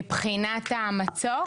מבחינת המצוק?